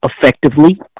effectively